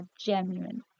genuine